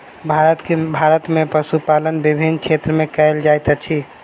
भारत में पशुपालन विभिन्न क्षेत्र में कयल जाइत अछि